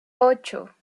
ocho